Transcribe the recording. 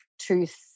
Truth